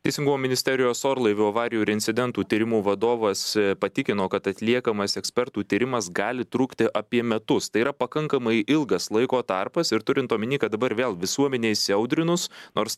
teisingumo ministerijos orlaivių avarijų ir incidentų tyrimų vadovas patikino kad atliekamas ekspertų tyrimas gali trukti apie metus tai yra pakankamai ilgas laiko tarpas ir turint omeny kad dabar vėl visuomenė įsiaudrinus nors